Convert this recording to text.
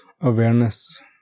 awareness